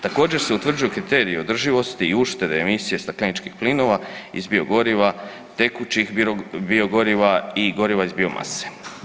Također se utvrđuju kriteriji održivosti i uštede emisije stakleničkih plinova iz biogoriva, tekućih biogoriva i goriva iz biomase.